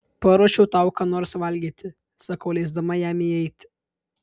paruošiu tau ką nors valgyti sakau leisdama jam įeiti